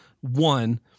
one